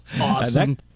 awesome